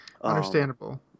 Understandable